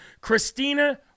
Christina